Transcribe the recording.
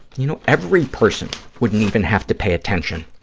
you know, every person wouldn't even have to pay attention